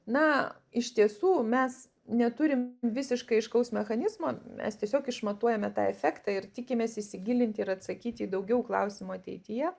na iš tiesų mes neturim visiškai aiškaus mechanizmo mes tiesiog išmatuojame tą efektą ir tikimės įsigilinti ir atsakyti į daugiau klausimų ateityje